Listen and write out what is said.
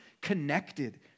connected